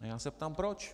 Já se ptám proč.